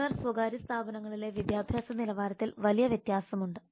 സർക്കാർ സ്വകാര്യ സ്ഥാപനങ്ങളിലെ വിദ്യാഭ്യാസ നിലവാരത്തിൽ വലിയ വ്യത്യാസമുണ്ട്